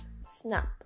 snap